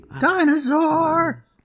dinosaur